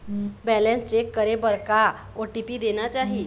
Balance check करे बर का ओ.टी.पी देना चाही?